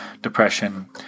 depression